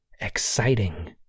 exciting